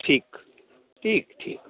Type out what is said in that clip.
ठीक ठीक ठीक